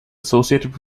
associated